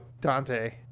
dante